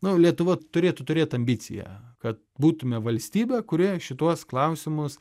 nu lietuva turėtų turėt ambiciją kad būtume valstybe kurioje šituos klausimus